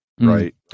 Right